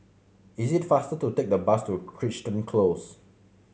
is it faster to take the bus to Crichton Close